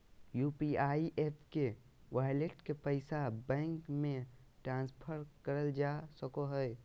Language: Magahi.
यू.पी.आई एप के वॉलेट के पैसा बैंक मे ट्रांसफर करल जा सको हय